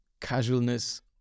casualness